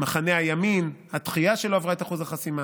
מחנה הימין, התחייה שלא עברה את אחוז החסימה,